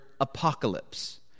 apocalypse